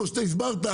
כפי שהסברת,